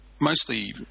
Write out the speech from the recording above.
mostly